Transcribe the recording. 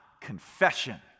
confession